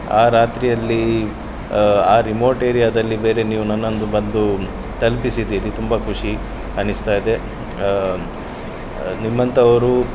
ಆ ರಾತ್ರಿಯಲ್ಲಿ ಆ ರಿಮೋಟ್ ಏರಿಯಾದಲ್ಲಿ ಬೇರೆ ನೀವು ನನ್ನನ್ನು ಬಂದು ತಲುಪಿಸಿದ್ದೀರಿ ತುಂಬ ಖುಷಿ ಅನ್ನಿಸ್ತಾಯಿದೆ ನಿಮ್ಮಂಥವರು